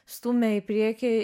stūmė į priekį